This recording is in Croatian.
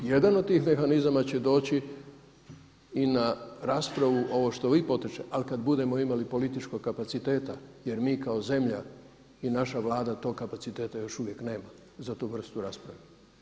Jedan od tih mehanizama će doći i na raspravu, ovo što vi potičete, ali kada budemo imali političkog kapaciteta jer mi kao zemlja i naša Vlada tog kapaciteta još uvijek nema za tu vrstu rasprave.